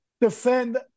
defend